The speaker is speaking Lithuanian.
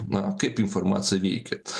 na kaip informacija veikia